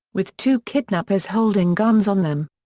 with two kidnappers holding guns on them.